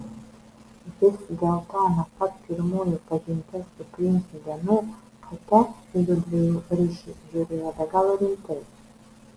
vis dėlto nuo pat pirmųjų pažinties su princu dienų kate į jųdviejų ryšį žiūrėjo be galo rimtai